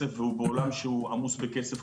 לו תינתן עדיפות על פני מישהו שהוא עובד